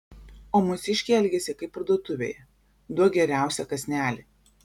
o mūsiškiai elgiasi kaip parduotuvėje duok geriausią kąsnelį